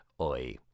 Oi